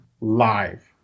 live